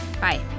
Bye